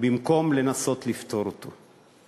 במקום לנסות לפתור אותו.